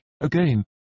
again